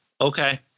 okay